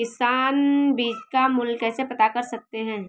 किसान बीज का मूल्य कैसे पता कर सकते हैं?